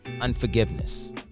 Unforgiveness